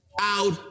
out